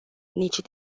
nici